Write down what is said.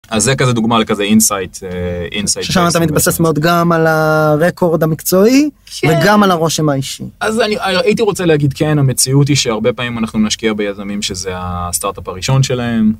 אז זה כזה דוגמא על לכזה אינסייט אינסייט ששם אתה מתבסס מאוד גם על הרקורד המקצועי וגם על הרושם האישי אז אני הייתי רוצה להגיד כן המציאות היא שהרבה פעמים אנחנו נשקיע ביזמים שזה הסטארטאפ הראשון שלהם.